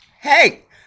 Hey